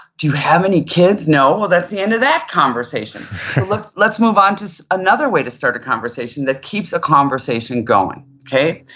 do you have any kids? no. well, that's the end of that conversation let's let's move on to another way to start a conversation that keeps a conversation going, okay.